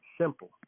simple